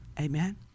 amen